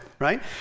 Right